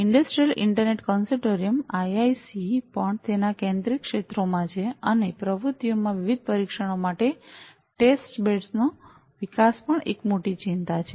industrial internet consortium - IIC Industrial Internet Consortium - IIC પણ તેના કેન્દ્રિત ક્ષેત્રોમાં છે અને પ્રવૃત્તિઓમાં વિવિધ પરીક્ષણો માટે ટેસ્ટબેડ્સ નો વિકાસ પણ એક મોટી ચિંતા છે